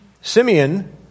Simeon